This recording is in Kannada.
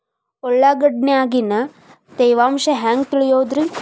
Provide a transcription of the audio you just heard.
ಉಳ್ಳಾಗಡ್ಯಾಗಿನ ತೇವಾಂಶ ಹ್ಯಾಂಗ್ ತಿಳಿಯೋದ್ರೇ?